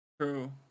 True